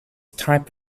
type